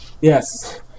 Yes